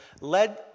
led